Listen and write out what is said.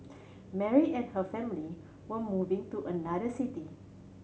Mary and her family were moving to another city